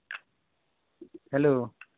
hello